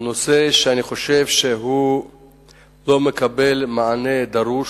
נושא שאני חושב שהוא לא מקבל מענה דרוש.